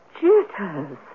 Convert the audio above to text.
Jitters